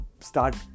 start